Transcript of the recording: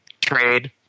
trade